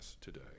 today